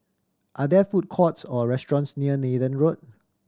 are there food courts or restaurants near Nathan Road